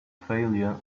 failure